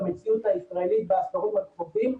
במציאות הישראלית בעשורים הקרובים,